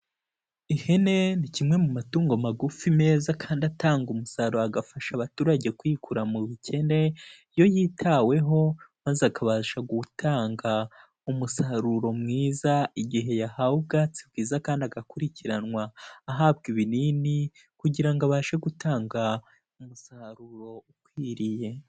Ihene ni kimwe mu matungo magufi meza kandi atanga umusaruro agafasha abaturage kwikura mu bukene, iyo yitaweho maze akabasha gutanga umusaruro mwiza igihe yahawe ubwatsi bwiza kandi agakurikiranwa, ahabwa ibinini, kugira ngo abashe gutanga umusaruro ukwiriye.